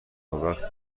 وقتی